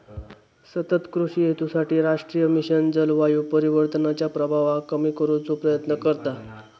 सतत कृषि हेतूसाठी राष्ट्रीय मिशन जलवायू परिवर्तनाच्या प्रभावाक कमी करुचो प्रयत्न करता